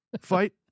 fight